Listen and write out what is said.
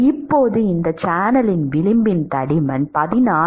இப்போது இந்த சேனலின் விளிம்பின் தடிமன் 14